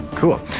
Cool